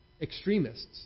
extremists